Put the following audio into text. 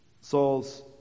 Saul's